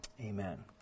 amen